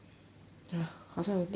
ah 好像有点听不到